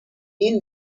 این